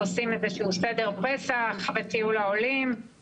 עושים איזה שהוא סדר פסח בטיול העולים,